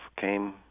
came